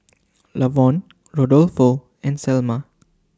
Lavonne Rodolfo and Selma